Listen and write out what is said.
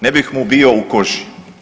Ne bih mu bio u koži!